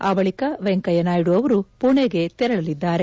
ಆ ಬಳಿಕ ವೆಂಕಯ್ಯನಾಯ್ದು ಅವರು ಪುಣೆಗೆ ತೆರಳಲಿದ್ದಾರೆ